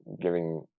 giving